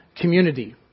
community